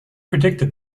predicted